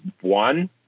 one